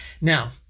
Now